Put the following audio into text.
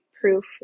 proof